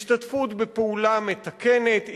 השתתפות בפעולה מתקנת,